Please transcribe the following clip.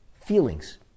feelings